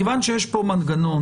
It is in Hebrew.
מכיוון שיש פה מנגנון